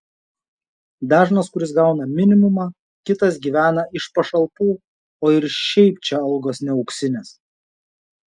dažnas kuris gauna minimumą kitas gyvena iš pašalpų o ir šiaip čia algos ne auksinės